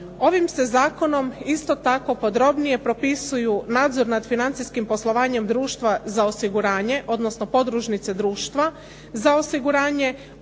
Ovim se zakonom isto tako podrobnije propisuju nadzor nad financijskim poslovanjem društva za osiguranje, odnosno podružnice društva za osiguranje,